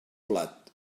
blat